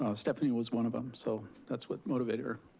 ah stephanie was one of them, so that's what motivated her.